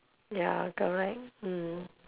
ya correct mm